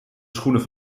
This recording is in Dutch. schoenen